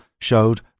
showed